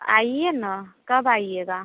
आइए ना कब आइएगा